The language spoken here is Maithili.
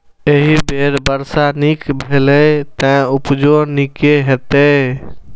एहि बेर वर्षा नीक भेलैए, तें उपजो नीके हेतै